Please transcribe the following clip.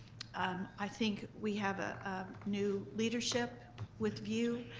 um i think we have a new leadership with view.